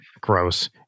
Gross